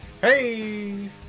Hey